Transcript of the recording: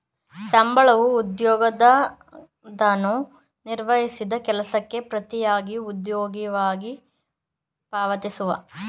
ಸಂಬಳವೂ ಉದ್ಯೋಗದಾತನು ನಿರ್ವಹಿಸಿದ ಕೆಲಸಕ್ಕೆ ಪ್ರತಿಯಾಗಿ ಉದ್ಯೋಗಿಗೆ ಪಾವತಿಸುವ ಪರಿಹಾರವಾಗಿದೆ